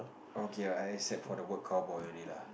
okay ah except for the word cowboy only lah